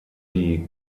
die